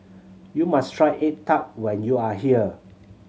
you must try egg tart when you are here